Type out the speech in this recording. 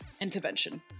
intervention